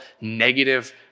negative